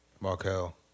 Markel